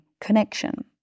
connection